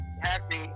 happy